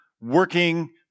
working